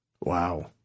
Wow